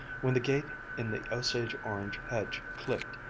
when the gate in the osage-orange hedge clicked,